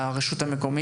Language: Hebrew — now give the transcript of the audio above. לקראת דיוני התקציב.